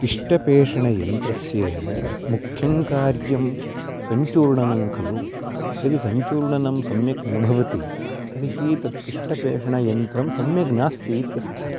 पिष्टपेषणयन्त्रस्य मुख्यं कार्यं सञ्चूर्णनं खलु यदि सञ्चूर्णनं सम्यक् न भवति तर्हि तत् पिष्टपेषणयन्त्रं सम्यग् नास्ति इत्यर्थः